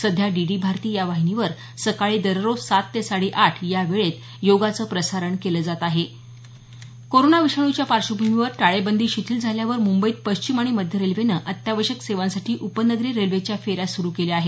सध्या डीडी भारती या वाहिनीवर सकाळी दररोज सात ते साडे आठ या वेळेत योगाच प्रसारण केलं जात आहे कोरोना विषाणूच्या पार्श्वभूमीवर टाळेबंदी शिथिल झाल्यावर मुंबईत पश्चिम आणि मध्य रेल्वेनं अत्यावश्यक सेवांसाठी उपनगरीय रेल्वेच्या फेऱ्या सुरु केल्या आहेत